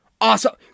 Awesome